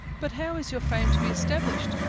but how is your fame to be established?